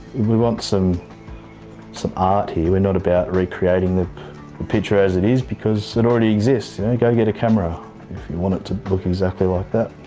we want some some art here, we're and not about recreating the picture as it is, because it already exists. you know, go get a camera if you want it to look exactly like that.